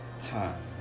time